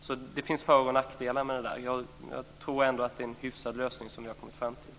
Det finns alltså både för och nackdelar här men jag tror ändå att det är en hyfsad lösning som vi har kommit fram till.